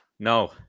No